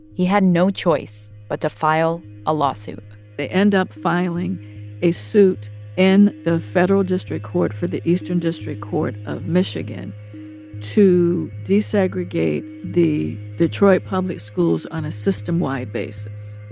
he had no choice but to file a lawsuit they end up filing a suit in the federal district court for the eastern district court of michigan to desegregate the detroit public schools on a system-wide basis.